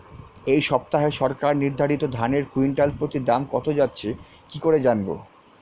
এই সপ্তাহে সরকার নির্ধারিত ধানের কুইন্টাল প্রতি দাম কত যাচ্ছে কি করে জানবো?